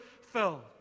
fell